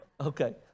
Okay